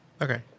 Okay